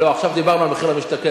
לא, עכשיו דיברנו על מחיר למשתכן.